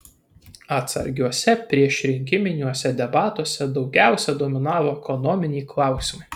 atsargiuose priešrinkiminiuose debatuose daugiausia dominavo ekonominiai klausimai